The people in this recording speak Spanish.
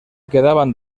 quedaban